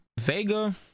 Vega